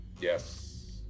Yes